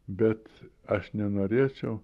bet aš nenorėčiau